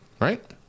Right